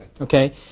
Okay